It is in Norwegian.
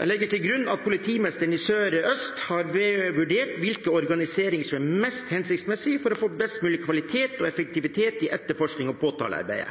Jeg legger til grunn at politimesteren i Sør-Øst politidistrikt har vurdert hva slags organisering som er mest hensiktsmessig for å få best mulig kvalitet og effektivitet i etterforsknings- og påtalearbeidet.